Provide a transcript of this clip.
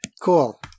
cool